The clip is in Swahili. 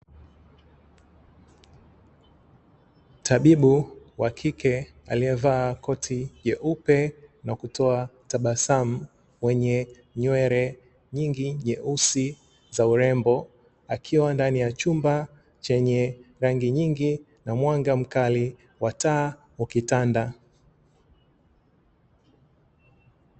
Tabibu wa kike aliyevaa koti jeupe na kutoa tabasamu mwenye nywele nyingi nyeusi za urembo, akiwa ndani ya chumba chenye rangi nyingi na mwanga mkali wa taa ukitanda.